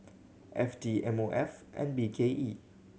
F T M O F and B K E